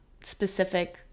specific